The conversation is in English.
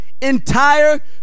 entire